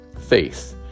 faith